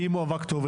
אם הוא עבר כתובת,